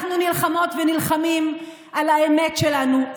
אנחנו נלחמות ונלחמים על האמת שלנו,